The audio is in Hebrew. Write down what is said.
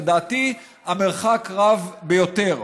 לדעתי המרחק רב ביותר.